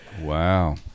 Wow